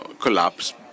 collapse